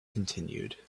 continued